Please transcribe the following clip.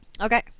okay